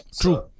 True